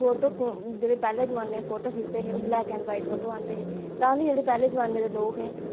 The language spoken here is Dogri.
फोटो जेह्ड़े पैह्ले जमान्ने च फोटो खिच्चदे हे ओह् ब्लैक एंड व्हाइट फोटो आंदे हे तां बी जेह्ड़े पैह्ले जमान्नै दे लोक हे